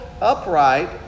upright